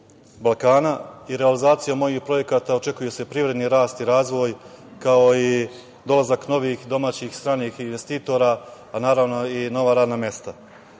Balkana i realizacijom ovih projekata očekuje se privredni rast i razvoj, kao i dolazak novih domaćih i stranih investitora, a naravno i nova radna mesta.